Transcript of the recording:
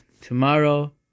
tomorrow